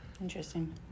Interesting